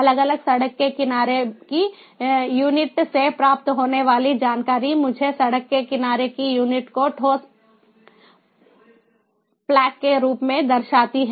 अलग अलग सड़क के किनारे की यूनिट से प्राप्त होने वाली जानकारी मुझे सड़क के किनारे की यूनिट को ठोस ब्लॉक के रूप में दर्शाती है